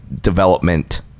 development